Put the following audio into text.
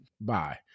bye